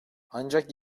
ancak